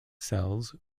cells